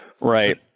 Right